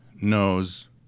knows